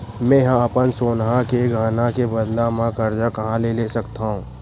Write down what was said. मेंहा अपन सोनहा के गहना के बदला मा कर्जा कहाँ ले सकथव?